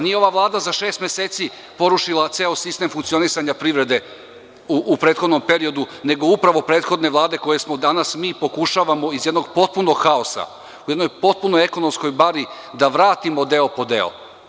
Nije ova Vlada za šest meseci porušila ceo sistem funkcionisanja privrede u prethodnom periodu, nego upravo prethodne vlade, a mi danas pokušavamo iz jednog potpunog haosa, u jednoj potpunoj ekonomskoj bari, da vratimo deo po deo.